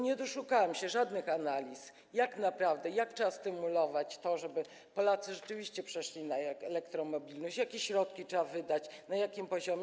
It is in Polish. Nie doszukałam się żadnych analiz, jak naprawdę trzeba stymulować to, żeby Polacy rzeczywiście przeszli na elektromobilność, jakie środki trzeba wydać, na jakim poziomie.